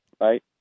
right